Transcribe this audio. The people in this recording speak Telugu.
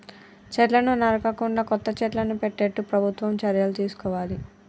చెట్లను నరకకుండా కొత్త చెట్లను పెట్టేట్టు ప్రభుత్వం చర్యలు తీసుకోవాలి